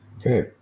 Okay